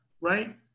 right